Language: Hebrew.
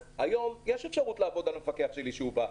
היום יש אפשרות לעבוד על המפקח כשהוא מגיע.